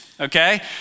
Okay